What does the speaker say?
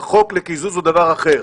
החוק לקיזוז הוא דבר אחר.